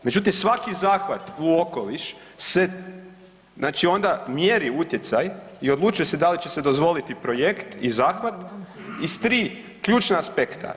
Međutim, svaki zahvat u okoliš se, znači onda mjeri utjecaj i odlučuje se da li će se dozvoliti projekt i zahvat iz tri ključna aspekta.